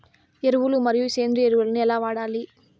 ఎరువులు మరియు సేంద్రియ ఎరువులని ఎలా వాడాలి?